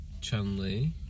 Chun-Li